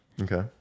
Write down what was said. okay